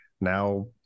now